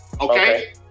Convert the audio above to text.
Okay